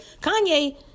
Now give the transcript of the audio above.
Kanye